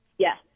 Yes